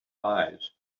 pies